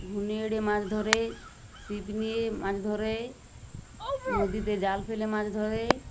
ঘুর্ণে এড়ে মাছ ধরে ছিপ নিয়ে মাছ ধরে নদীতে জাল ফেলে মাছ ধরে